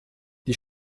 die